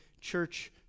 church